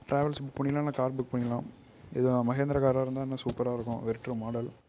travels book பண்ணிக்கலாம் இல்லை car book பண்ணிக்கலாம் எது வேணாலும் மஹேந்திரா காராக இருந்தால் இன்னும் சூப்பராக இருக்கும் வெரிட்டோ மாடல்